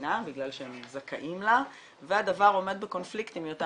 מהמדינה בגלל שהם זכאים לה והדבר עומד בקונפליקט עם היותר